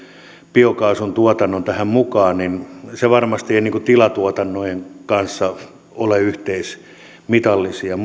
biokaasun tuotannon tähän mukaan niin se ei varmasti tilatuotannon kanssa ole yhteismitallinen